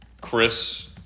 Chris